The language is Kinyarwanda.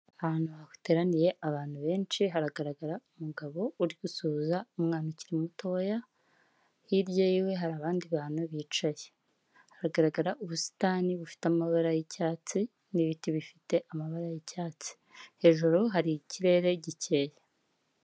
Ahantu hateraniye abantu benshi, haragaragara umugabo uri gusuhuza umwana ukiri mutoya, hirya yiwe hari abandi bantu bicaye. Hagaragara ubusitani bufite amabara yi'icyatsi, n'ibiti bifite amabara yi'cyatsi. Hejuru hari ikirere gikeye.